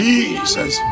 Jesus